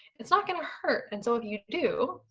it's not gonna hurt. and so if you do,